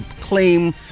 claim